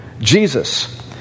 Jesus